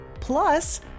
Plus